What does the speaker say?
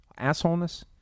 Assholeness